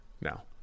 now